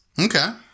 Okay